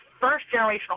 first-generational